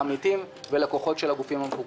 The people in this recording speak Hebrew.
העמיתים ולקוחות של הגופים המפוקחים.